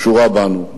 קשורה בנו.